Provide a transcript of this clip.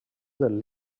del